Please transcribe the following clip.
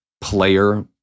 player